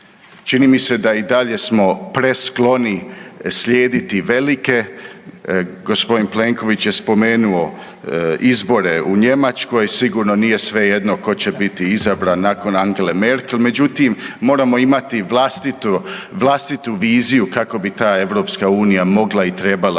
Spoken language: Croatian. Čini mi se da i dalje smo preskloni slijediti velike. Gospodin Plenković je spomenuo izbore u Njemačkoj. Sigurno nije svejedno tko će biti izabran nakon Angele Merkel. Međutim, moramo imati vlastitu viziju kako bi ta EU mogla i trebala